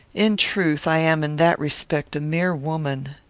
in truth, i am in that respect a mere woman.